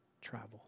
travel